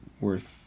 worth